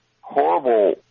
horrible